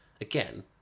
again